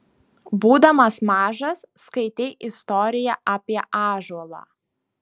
būdamas mažas skaitei istoriją apie ąžuolą